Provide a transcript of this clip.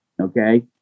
okay